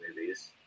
movies